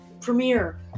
Premiere